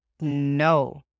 no